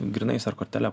grynais ar kortele